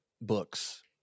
books